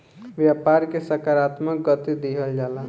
व्यापार के सकारात्मक गति दिहल जाला